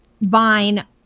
vine